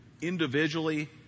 individually